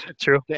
true